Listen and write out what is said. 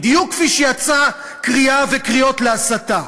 בדיוק כפי שיצאו קריאות להסתה.